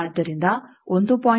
ಆದ್ದರಿಂದ 1